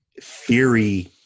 theory